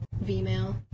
V-Mail